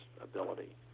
ability